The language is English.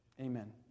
Amen